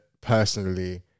personally